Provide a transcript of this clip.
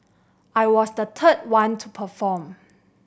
I was the third one to perform